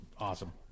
Awesome